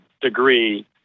degree